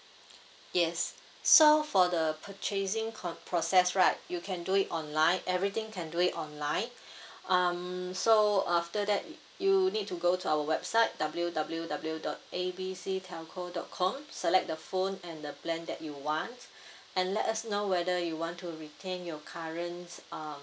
yes so for the purchasing process right you can do it online everything can do it online um so after that you need to go to our website W W W dot A B C telco dot com select the phone and the plan that you want and let us know whether you want to retain your current uh